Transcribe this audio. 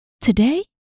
today